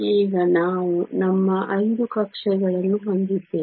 ಈಗ ನಾವು ನಮ್ಮ 5 ಕಕ್ಷೆಗಳನ್ನು ಹೊಂದಿದ್ದೇವೆ